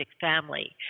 family